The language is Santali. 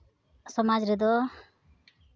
ᱥᱚᱢᱟᱡᱽ ᱨᱮᱫᱚ